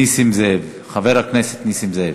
חבר הכנסת נסים זאב,